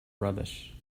rubbish